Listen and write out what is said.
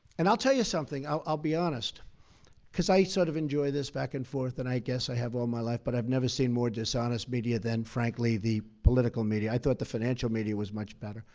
and i'll tell you something, i'll be honest because i sort of enjoy this back and forth, and i guess i have all my life, but i've never seen more dishonest media than, frankly, the political media. i thought the financial media was much better,